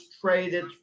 traded